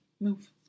Move